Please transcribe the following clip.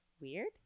Weird